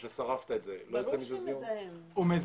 בטח שמזהם.